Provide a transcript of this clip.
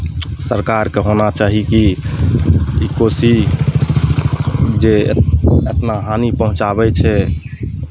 सरकारकेँ होना चाही कि कोसी जे एतना हानि पहुँचाबै छै